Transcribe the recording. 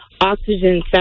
oxygen